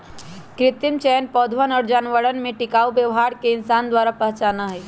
कृत्रिम चयन पौधवन और जानवरवन में टिकाऊ व्यवहार के इंसान द्वारा पहचाना हई